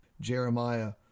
Jeremiah